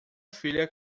filha